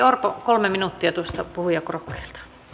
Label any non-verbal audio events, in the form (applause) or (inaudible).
(unintelligible) orpo kolme minuuttia tuosta puhujakorokkeelta